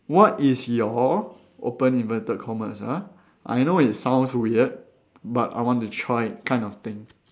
what is your open inverted commas ah I know it sounds weird but I want to try it kind of thing